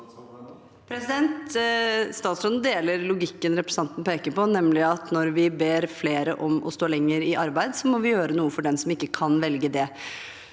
Statsråden deler logikken representanten peker på, nemlig at når vi ber flere om å stå lenger i arbeid, må vi gjøre noe for dem som ikke kan velge det.